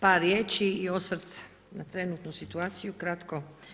Par riječi i osvrt na trenutnu situaciju kratko.